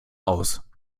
aus